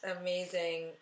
amazing